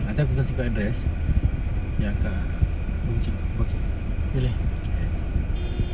nanti aku kasi kau address yang kat boon keng okay